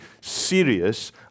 serious